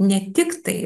ne tiktai